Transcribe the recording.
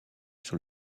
sur